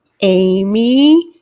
amy